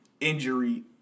injury